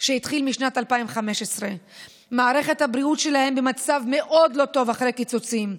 שהתחיל בשנת 2015. מערכת הבריאות שלהם במצב מאוד לא טוב אחרי קיצוצים,